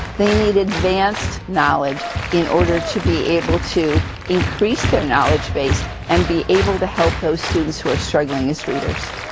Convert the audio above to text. they need advanced knowledge in order to be able to increase their knowledge base and be able to help those students who are struggling as readers.